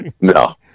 No